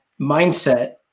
mindset